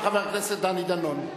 חבר הכנסת דני דנון.